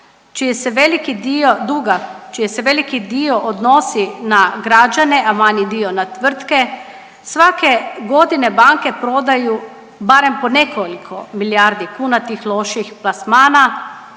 čiji se veliki dio odnosi na građane, a manji dio na tvrtke, svake godine banke prodaju barem po nekoliko milijardi kuna tih loših plasmana,